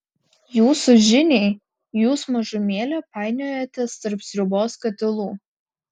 jūsų žiniai jūs mažumėlę painiojatės tarp sriubos katilų